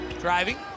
Driving